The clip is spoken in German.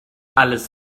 alles